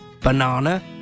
banana